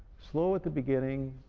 slow at the beginning,